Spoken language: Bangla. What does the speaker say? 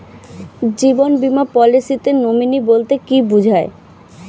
জীবন বীমা পলিসিতে নমিনি বলতে কি বুঝায়?